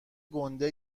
گُنده